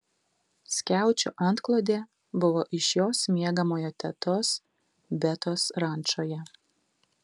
skiaučių antklodė buvo iš jos miegamojo tetos betos rančoje